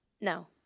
No